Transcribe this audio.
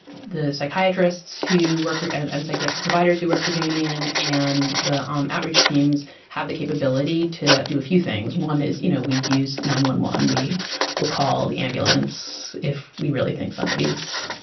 the psychiatrists who work for and and psychiatric providers who work for geniune and the um outreach teams have the capability to do a few things. one is, you know, we used nine one one. we will call the ambulance if we really think somebody is,